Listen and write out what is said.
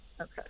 Okay